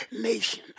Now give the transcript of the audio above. nation